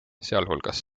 sealhulgas